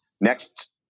Next